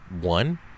one